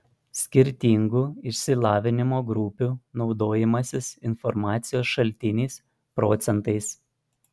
skirtingų išsilavinimo grupių naudojimasis informacijos šaltiniais procentais